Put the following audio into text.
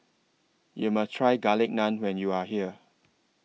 YOU must Try Garlic Naan when YOU Are here